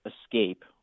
escape